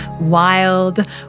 wild